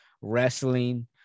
wrestling